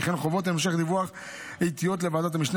וכן חובות המשך דיווח עיתיות לוועדת המשנה